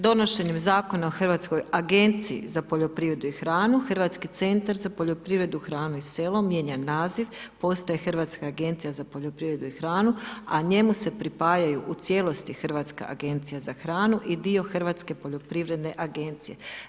Donošenjem Zakona o hrvatskoj agenciji za poljoprivredu i hranu; Hrvatski centar za poljoprivredu, hranu i selo mijenja naziv, postaje Hrvatska agencija za poljoprivredu i hranu, a njemu se pripajaju u cijelosti Hrvatska agencija za hranu i dio Hrvatske poljoprivredne agencije.